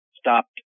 stopped